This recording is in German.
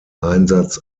einsatz